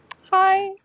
Hi